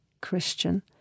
Christian